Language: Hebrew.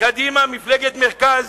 קדימה מפלגת מרכז,